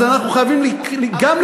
אז אנחנו חייבים גם,